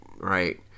right